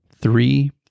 three